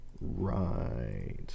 Right